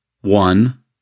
one